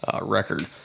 record